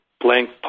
blank